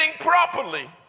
properly